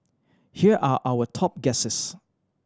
here are our top guesses